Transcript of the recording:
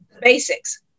basics